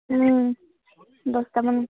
দহটামান